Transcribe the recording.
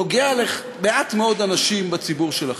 נוגע למעט מאוד אנשים בציבור שלכם.